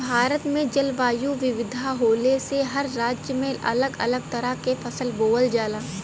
भारत में जलवायु विविधता होले से हर राज्य में अलग अलग तरह के फसल बोवल जाला